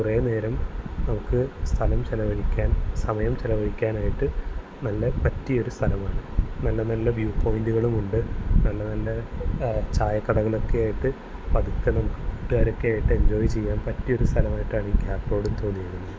കുറേ നേരം നമുക്ക് സ്ഥലം ചെലവഴിക്കാൻ സമയം ചിലവഴിക്കാനായിട്ട് നല്ല പറ്റിയൊരു സ്ഥലമാണ് നല്ല നല്ല വ്യൂ പോയിൻറ്റുകളും ഉണ്ട് നല്ല നല്ല ചായക്കടകളൊക്കെയായിട്ട് പതുക്കെ നമുക്ക് കൂട്ടുകാരൊക്കെയായിട്ട് എൻജോയ് ചെയ്യാൻ പറ്റിയൊരു സ്ഥലമായിട്ടാണ് ഈ ഗ്യാപ് റോഡ് തോന്നിയത്